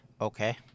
Okay